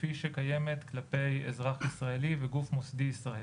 כמו שקיימת כלפי אזרח ישראלי וגוף מוסדי ישראלי.